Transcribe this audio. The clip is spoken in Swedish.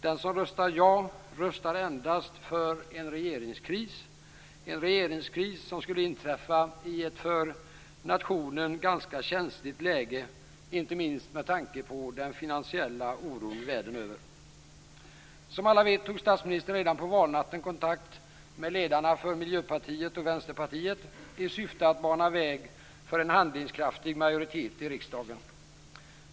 Den som röstar ja röstar endast för en regeringskris - en regeringskris som skulle inträffa i ett för nationen ganska känsligt läge, inte minst med tanke på den finansiella oron världen över. Som alla vet tog statsministern redan på valnatten kontakt med ledarna för Miljöpartiet och Vänsterpartiet i syfte att bana väg för en handlingskraftig majoritet i riksdagen.